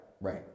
right